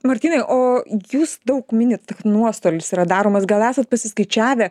martynai o jūs daug minit nuostolis yra daromas gal esat pasiskaičiavę